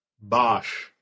Bosch